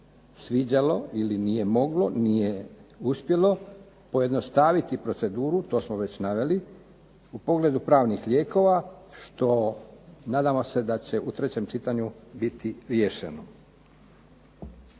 sviđalo ili nije moglo, nije uspjelo, pojednostaviti proceduru, to smo već naveli, u pogledu pravnih lijekova što nadamo se da će u trećem čitanju biti riješeno.